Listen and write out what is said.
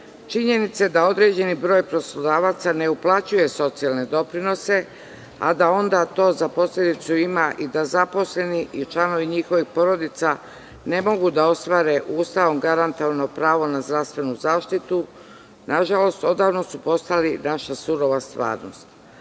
Činjenica je da određen broj poslodavaca ne uplaćuje socijalne doprinose, a da onda to za posledicu ima i da zaposleni i članovi njihovih porodica ne mogu da ostvare Ustavom garantovano pravo na zdravstvenu zaštitu, nažalost, odavno su postali naša surova stvarnost. Prema